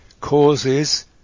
causes